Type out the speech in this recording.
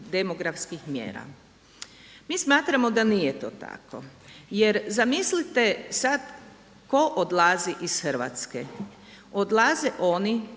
demografskih mjera. Mi smatramo da nije to tako, jer zamislite sad tko odlazi iz Hrvatske? Odlaze oni